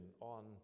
on